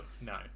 No